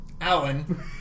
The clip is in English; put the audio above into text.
Alan